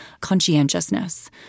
conscientiousness